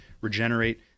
regenerate